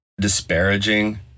disparaging